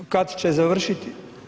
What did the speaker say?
Kad će završiti?